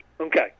okay